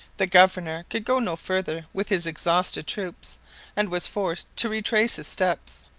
the governor could go no farther with his exhausted troops and was forced to retrace his steps.